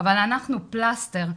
אבל אנחנו פלסטר,